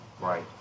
right